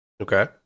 Okay